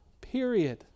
period